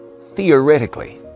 theoretically